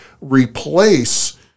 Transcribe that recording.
replace